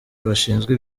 bashinzwe